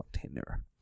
container